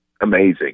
amazing